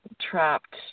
trapped